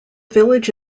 village